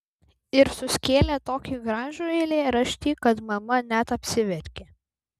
ir suskėlė tokį gražų eilėraštį kad mama net apsiverkė